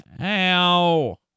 Ow